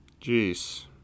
Jeez